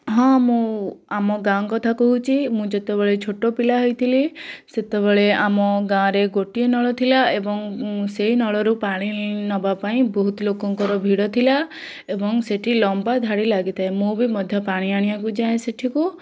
ହଁ ମୁଁ ଆମ ଗାଁ କଥା କହୁଛି ମୁଁ ଯେତେବେଳେ ଛୋଟ ପିଲା ହୋଇଥିଲି ସେତେବେଳେ ଆମ ଗାଁରେ ଗୋଟିଏ ନଳ ଥିଲା ଏବଂ ସେଇ ନଳରୁ ପାଣି ନେବା ପାଇଁ ବହୁତ ଲୋକଙ୍କର ଭିଡ଼ ଥିଲା ଏବଂ ସେଇଠି ଲମ୍ବା ଧାଡ଼ି ଲାଗିଥାଏ ମୁଁ ବି ମଧ୍ୟ ପାଣି ଆଣିବାକୁ ଯାଏ ସେଇଠିକୁ